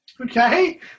Okay